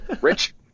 Rich